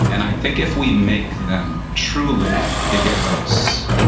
and i think if we make them truly the heroes